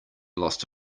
lost